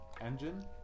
engine